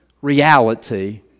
Reality